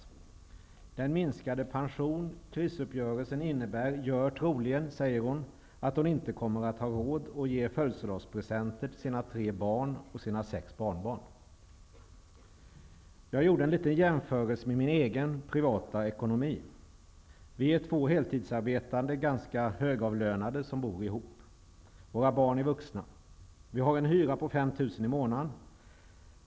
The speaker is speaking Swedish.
Hon säger att den minskade pensionen som krisuppgörelsen innebär troligen gör att hon inte kommer att ha råd att ge födelsedagspresenter till sina tre barn och sex barnbarn. Jag gjorde en liten jämförelse med min egen privata ekonomi. Vi är två heltidsarbetande ganska högavlönade personer som bor ihop. Våra barn är vuxna. Vi har en hyra på 5 000 kr i månaden.